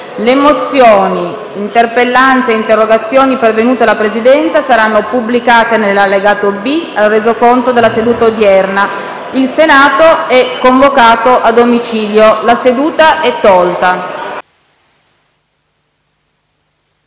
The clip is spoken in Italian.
Le mozioni, interpellanze e interrogazioni pervenute alla Presidenza saranno pubblicate nell'allegato B al Resoconto della seduta odierna. Il Senato è convocato a domicilio. La seduta è tolta